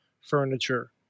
furniture